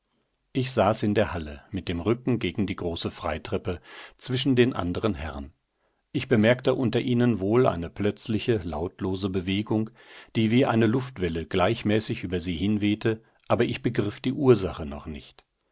ich saß in der halle mit dem rücken gegen die große freitreppe zwischen den anderen herren ich bemerkte unter ihnen wohl eine plötzliche lautlose bewegung die wie eine luftwelle gleichmäßig über sie hinwehte aber ich begriff die ursache noch nicht